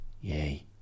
yay